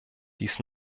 dies